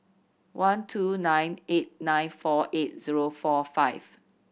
one two nine eight nine four eight zero four five